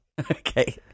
Okay